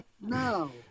No